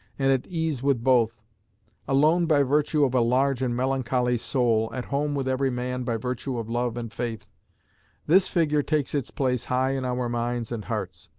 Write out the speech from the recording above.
and at ease with both alone by virtue of a large and melancholy soul, at home with every man by virtue of love and faith this figure takes its place high in our minds and hearts,